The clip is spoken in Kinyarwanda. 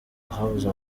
habuze